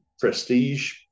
Prestige